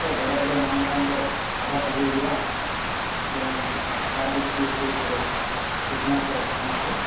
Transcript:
ᱟᱯᱮ ᱠᱚᱣᱟᱜ ᱜᱚᱲᱚ ᱠᱚᱞᱮ ᱧᱟᱢ ᱞᱮᱠᱷᱟᱱ ᱫᱚ ᱟᱨᱚ ᱵᱷᱟᱜᱮ ᱦᱩᱭᱩᱜᱼᱟ ᱡᱮᱢᱚᱱ ᱥᱟᱨᱫᱤᱠ ᱫᱤᱭᱮ ᱥᱩᱨᱩ ᱠᱚᱨᱮ ᱠᱤᱴᱱᱟᱥᱚᱠ ᱚᱱᱟ ᱠᱚ